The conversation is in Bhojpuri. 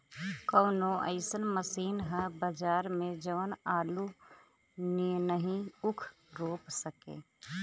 कवनो अइसन मशीन ह बजार में जवन आलू नियनही ऊख रोप सके?